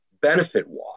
benefit-wise